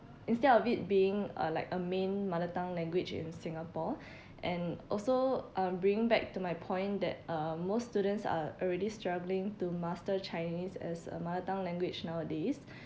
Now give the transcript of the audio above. instead of it being uh like a main mother tongue language in singapore and also uh bring back to my point that uh most students are already struggling to master chinese as a mother tongue language nowadays